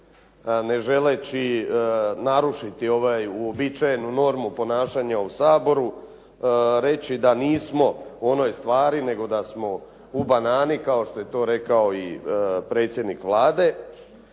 ne želeći narušiti uobičajenu normu ponašanja u Saboru, reći da nismo u onoj stvari nego da smo u banani kao što je to rekao i predsjednik Vlade.